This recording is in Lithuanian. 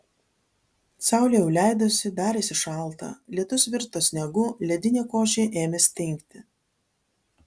saulė jau leidosi darėsi šalta lietus virto sniegu ledinė košė ėmė stingti